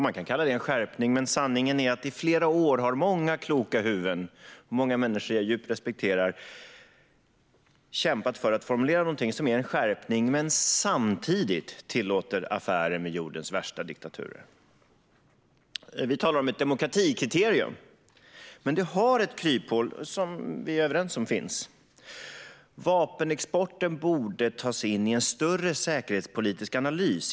Man kan kalla det en skärpning, men sanningen är att i flera år har många kloka huvuden - många människor som jag respekterar djupt - kämpat för att formulera någonting som är en skärpning men som samtidigt tillåter affärer med jordens värsta diktaturer. Vi talar om ett demokratikriterium. Det finns dock ett kryphål, och vi är överens om att det finns. Vapenexporten borde tas in i en större säkerhetspolitisk analys.